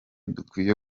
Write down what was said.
dukwiye